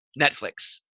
Netflix